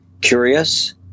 curious